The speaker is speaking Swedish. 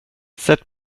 sätt